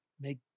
make